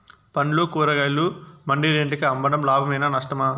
పండ్లు కూరగాయలు మండి రేట్లకు అమ్మడం లాభమేనా నష్టమా?